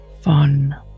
fun